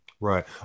Right